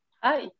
Hi